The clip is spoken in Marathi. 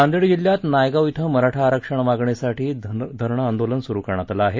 नांदेड जिल्ह्यात नायगाव क्षें मराठा आरक्षण मागणीसाठी धरणं आंदोलन सुरू करण्यात आले आहे